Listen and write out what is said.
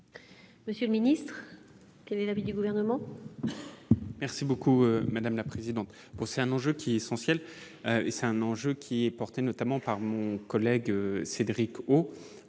Monsieur le Ministre, quel est l'avis du gouvernement.